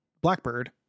Blackbird